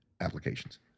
applications